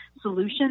solution